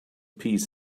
peace